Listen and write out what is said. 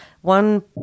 one